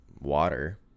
water